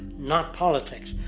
not politics.